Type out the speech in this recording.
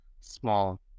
small